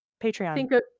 patreon